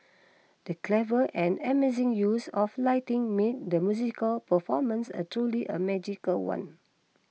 the clever and amazing use of lighting made the musical performance a truly a magical one